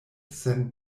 sen